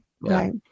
Right